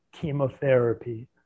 chemotherapy